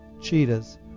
cheetahs